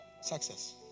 success